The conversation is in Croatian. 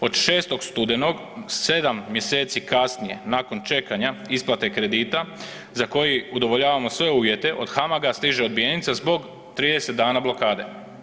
Od 6. studenog, 7. mjeseci kasnije nakon čekanja isplate kredita za koji udovoljavamo sve uvjete, od HAMAG-a stiže odbijenica zbog 30 dana blokade.